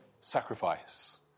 sacrifice